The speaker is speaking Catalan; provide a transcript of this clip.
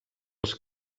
els